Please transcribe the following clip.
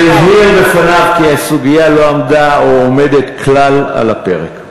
והבהיר בפניו כי הסוגיה לא עמדה או עומדת כלל על הפרק.